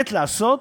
"עת לעשות,